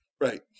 right